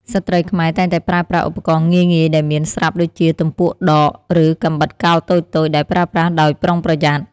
ស្ត្រីខ្មែរតែងតែប្រើប្រាស់ឧបករណ៍ងាយៗដែលមានស្រាប់ដូចជា ទំពក់ដក ឬកាំបិតកោរតូចៗ (ដែលប្រើប្រាស់ដោយប្រុងប្រយ័ត្ន)។